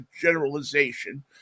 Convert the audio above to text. generalization